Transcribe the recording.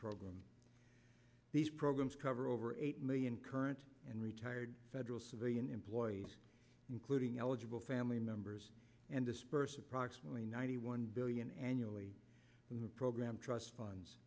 program these programs cover over eight million current and retired federal civilian employees including eligible family members and disperse approximately ninety one billion annually in the program trust funds